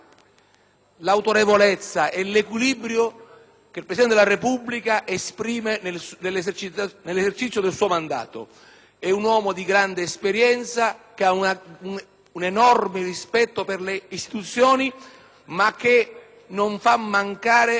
l'autorevolezza e l'equilibrio che il Presidente della Repubblica dimostra nell'esercizio del suo mandato. È un uomo di grande esperienza, che ha un enorme rispetto per le istituzioni e che non fa mancare